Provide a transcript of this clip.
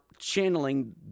channeling